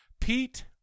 Pete